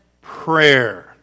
prayer